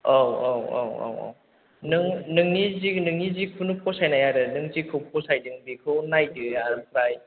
औ औ औ औ औ नों नोंनि नोंनि जेखुनु फसायनाय आरो नों जेखौ फसायदों बेखौ नायदो आमफ्राइ